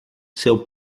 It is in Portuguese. seu